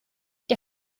der